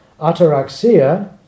Ataraxia